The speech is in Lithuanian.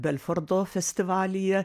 belfordo festivalyje